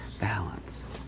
balanced